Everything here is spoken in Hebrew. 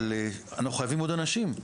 אבל אנחנו חייבים עוד אנשים.